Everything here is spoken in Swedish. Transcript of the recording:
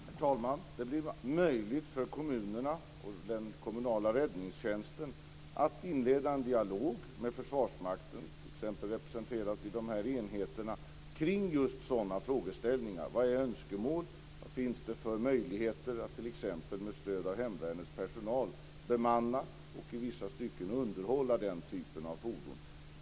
Herr talman! Det blir möjligt för kommunerna och den kommunala räddningstjänsten att inleda en dialog med Försvarsmakten, t.ex. representerat av de här enheterna, kring just sådana frågeställningar. Vilka önskemål har man? Vad finns det för möjligheter att t.ex. med stöd av hemvärnets personal bemanna och i vissa stycken underhålla den typen av fordon?